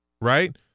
right